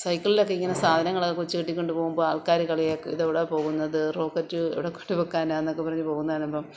സൈക്കിളിലൊക്കെ ഇങ്ങനെ സാധനങ്ങളൊക്കെ വച്ചു കെട്ടിക്കൊണ്ടു പോകുമ്പോൾ ആൾക്കാർ കളിയാക്കും ഇത് എവിടേ പോകുന്നത് റോക്കറ്റ് എവടെക്കൊണ്ട് വയ്ക്കാനാണ് എന്നൊക്കെ പറഞ്ഞു പോകുന്നത് കാണുമ്പം